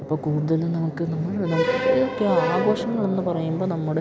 ഇപ്പോൾ കൂടുതൽ നമുക്ക് നമ്മൾ നമുക്കൊക്കെ ആഘോഷങ്ങളെന്ന് പറയുമ്പോൾ നമ്മുടെ